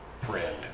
friend